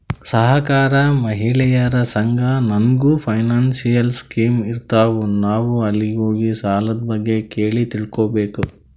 ಸಹಕಾರ, ಮಹಿಳೆಯರ ಸಂಘ ನಾಗ್ನೂ ಫೈನಾನ್ಸಿಯಲ್ ಸ್ಕೀಮ್ ಇರ್ತಾವ್, ನಾವ್ ಅಲ್ಲಿ ಹೋಗಿ ಸಾಲದ್ ಬಗ್ಗೆ ಕೇಳಿ ತಿಳ್ಕೋಬೇಕು